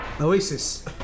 Oasis